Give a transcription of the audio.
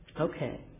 Okay